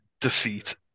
defeat